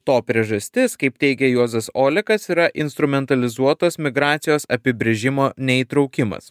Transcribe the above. to priežastis kaip teigė juozas olekas yra instrumentalizuotas migracijos apibrėžimo neįtraukimas